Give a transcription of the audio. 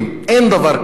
אין דבר כזה.